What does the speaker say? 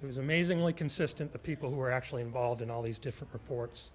he was amazingly consistent the people who were actually involved in all these different reports